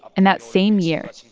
and that same year,